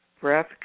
breath